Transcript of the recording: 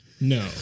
No